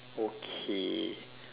okay